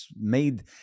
made